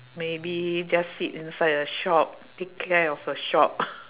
maybe just sit inside a shop take care of a shop